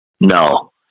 No